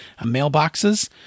mailboxes